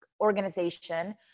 organization